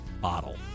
bottle